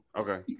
Okay